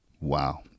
wow